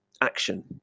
action